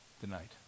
tonight